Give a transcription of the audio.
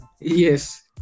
Yes